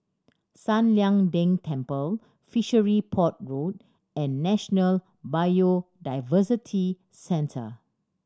San Lian Deng Temple Fishery Port Road and National Biodiversity Centre